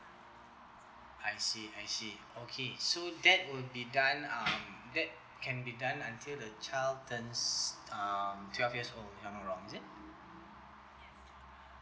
I see I see okay so that will be done um that can be done until the child turns um twelve years old if I'm not wrong is it